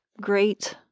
great